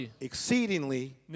exceedingly